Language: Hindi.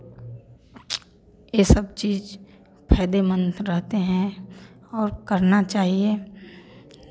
यह सब चीज़ फ़ायदेमंद रहते हैं और करना चाहिए